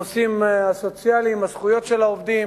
הנושאים הסוציאליים, הזכויות של העובדים.